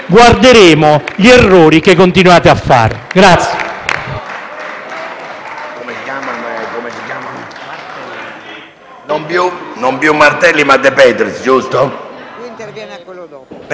guarderemo gli errori che continuate a fare.